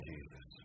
Jesus